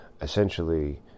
essentially